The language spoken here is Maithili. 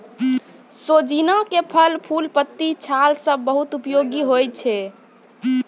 सोजीना के फल, फूल, पत्ती, छाल सब बहुत उपयोगी होय छै